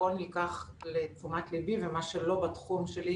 הכול נלקח לתשומת ליבי ומה שלא בתחום שלי,